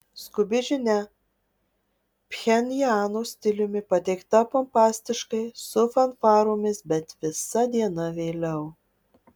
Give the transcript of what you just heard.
skubi žinia pchenjano stiliumi pateikta pompastiškai su fanfaromis bet visa diena vėliau